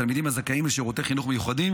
תלמידים הזכאים לשירותי חינוך מיוחדים